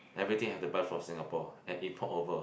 everything have to buy from Singapore and import over